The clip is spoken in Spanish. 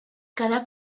cada